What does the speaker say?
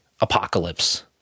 apocalypse